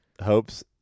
hopes